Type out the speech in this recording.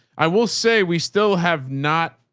i will say we still have not.